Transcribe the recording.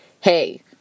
hey